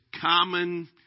common